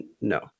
No